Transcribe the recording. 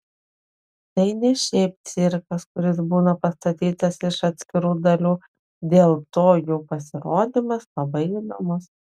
tai ne šiaip cirkas kuris būna pastatytas iš atskirų dalių dėl to jų pasirodymas labai įdomus